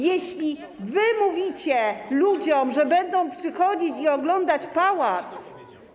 Jeśli wy mówicie ludziom, że będą przychodzić i oglądać pałac.